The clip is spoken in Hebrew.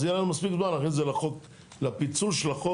אז יהיה לנו מספיק זמן להכניס את זה לפיצול של החוק